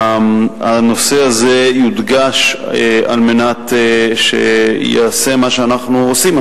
הנושא הזה יודגש על מנת שייעשה מה שאנחנו עושים,